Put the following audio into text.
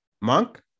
Monk